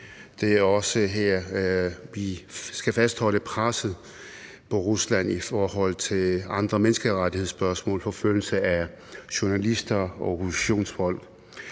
Det er også her, vi skal fastholde presset på Rusland i forhold til andre menneskerettighedsspørgsmål, forfølgelse af journalister og organisationsfolk.